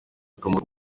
akamaro